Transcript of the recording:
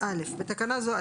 21ב (א)בתקנה זו,